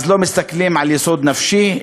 אז לא מסתכלים על יסוד נפשי,